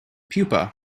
pupa